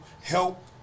help